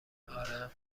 آره